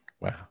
Wow